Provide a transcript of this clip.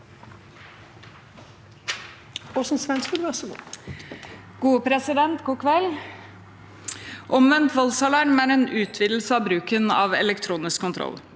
Omvendt voldsalarm er en utvidelse av bruken av elektronisk kontroll,